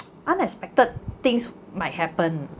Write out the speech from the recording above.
unexpected things might happen